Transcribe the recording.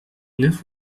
neuf